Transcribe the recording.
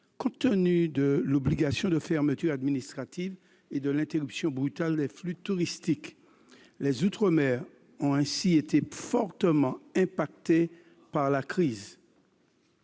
compte tenu de l'obligation de fermeture administrative et de l'interruption brutale des flux touristiques. Les outre-mer ont ainsi été très fortement touchés par la crise.